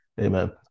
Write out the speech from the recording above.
Amen